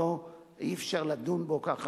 אי-אפשר לדון בו ככה,